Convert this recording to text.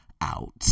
out